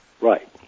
Right